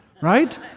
Right